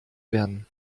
werden